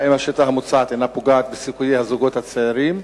האם השיטה המוצעת אינה פוגעת בסיכויי הזוגות הצעירים?